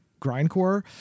Grindcore